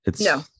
No